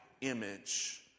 image